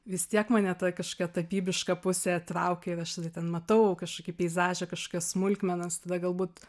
vis tiek mane ta kažkokia tapybiška pusė traukė ir aš ten matau kažkokį peizažą kažkokias smulkmenas tada galbūt